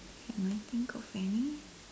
can I think of any